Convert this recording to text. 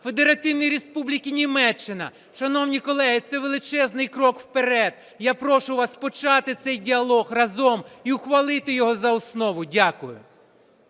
Федеративній Республіці Німеччина. Шановні колеги, це величезний крок вперед, я прошу вас почати цей діалог разом і ухвалити його за основу. Дякую.